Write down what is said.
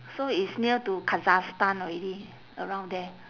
so it's near to kazakhstan already around there